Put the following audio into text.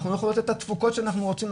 אנחנו לא יכולות את התפוקות שאנחנו רוצים,